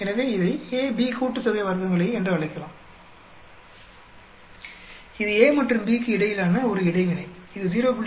எனவே இதை AB கூட்டுத்தொகை வர்க்கங்கள் என்று அழைக்கலாம் இது A மற்றும் B க்கு இடையிலான ஒரு இடைவினை இது 0